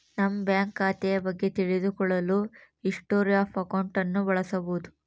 ನಮ್ಮ ಬ್ಯಾಂಕ್ ಖಾತೆಯ ಬಗ್ಗೆ ತಿಳಿದು ಕೊಳ್ಳಲು ಹಿಸ್ಟೊರಿ ಆಫ್ ಅಕೌಂಟ್ ಅನ್ನು ಬಳಸಬೋದು